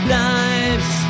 lives